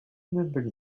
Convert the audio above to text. remembered